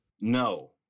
No